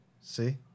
See